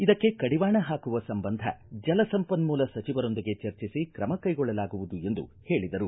ಇದಕ್ಕೆ ಕಡಿವಾಣ ಹಾಕುವ ಸಂಬಂಧ ಜಲಸಂಪನ್ನೂಲ ಸಚಿವರೊಂದಿಗೆ ಚರ್ಚಿಸಿ ಕ್ರಮ ಕೈಗೊಳ್ಳಲಾಗುವುದು ಎಂದು ಹೇಳಿದರು